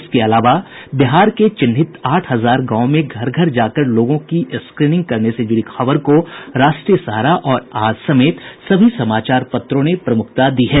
इसके अलावा बिहार के चिन्हित आठ हजार गांवों में घर घर जाकर लोगों की स्क्रीनिंग करने से जुड़ी खबर को राष्ट्रीय सहारा और आज समेत सभी समाचार पत्रों ने प्रमुखता दी है